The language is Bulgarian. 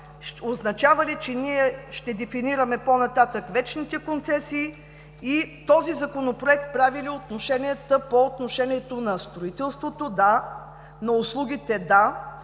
означава ли, че ще дефинираме по-нататък вечните концесии? Този Законопроект прави ли отношенията – по отношение на строителството – да, на услугите – да,